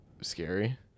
scary